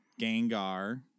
Gengar